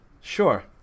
Sure